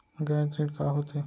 गैर ऋण का होथे?